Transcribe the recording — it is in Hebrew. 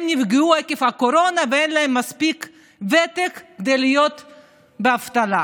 שנפגעו עקב הקורונה ואין להם מספיק ותק כדי להיות באבטלה.